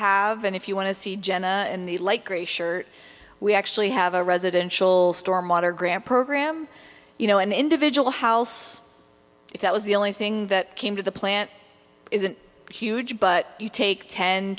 have and if you want to see jenna in the light gray shirt we actually have a residential stormwater grant program you know an individual house if that was the only thing that came to the plant isn't huge but you take ten